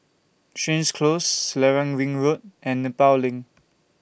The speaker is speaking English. Stangee Close Selarang Ring Road and Nepal LINK